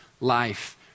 life